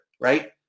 right